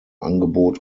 angebot